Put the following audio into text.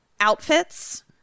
outfits